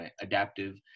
adaptive